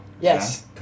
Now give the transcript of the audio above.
Yes